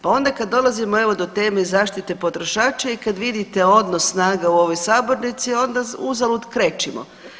Pa onda kad dolazimo evo do teme zaštite potrošača i kad vidite odnos snaga u ovoj sabornici, onda uzalud krečimo.